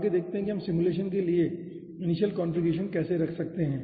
आगे देखते हैं कि हम सिमुलेशन के लिए इनिशियल कॉन्फ़िगरेशन कैसे रख सकते हैं